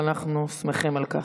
ואנחנו שמחים על כך.